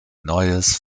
neues